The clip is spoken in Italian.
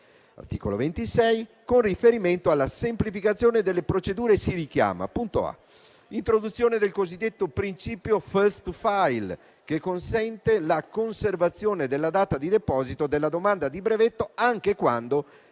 (articolo 26). Con riferimento alla semplificazione delle procedure, si richiama: l'introduzione del cosiddetto principio *first to file*, che consente la conservazione della data di deposito della domanda di brevetto anche quando